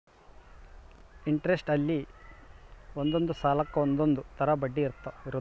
interest ಅಲ್ಲಿ ಒಂದೊಂದ್ ಸಾಲಕ್ಕ ಒಂದೊಂದ್ ತರ ಬಡ್ಡಿ ಇರುತ್ತ